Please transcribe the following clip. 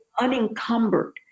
unencumbered